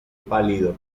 pálido